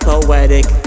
Poetic